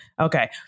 Okay